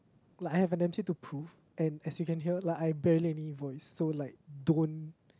like I have an M_C to prove and as you can hear like I barely any voice so like don't